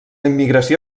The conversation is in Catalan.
immigració